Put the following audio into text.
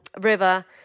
River